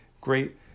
great